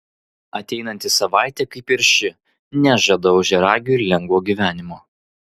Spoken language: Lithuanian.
ateinanti savaitė kaip ir ši nežada ožiaragiui lengvo gyvenimo